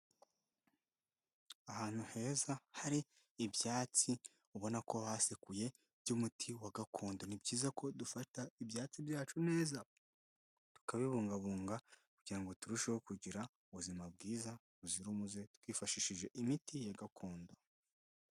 Ahantu heza hari ibyatsi ubona ko basekuye by'umuti wa gakondo, ni byiza ko dufata ibyatsi byacu neza tukabibungabunga kugira ngo turusheho kugira ubuzima bwiza buzira umuze, twifashishije imiti ya gakondo.